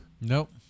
Nope